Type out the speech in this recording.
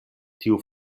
tiu